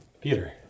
Peter